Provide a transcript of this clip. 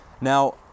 Now